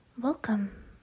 welcome